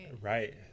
Right